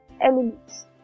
elements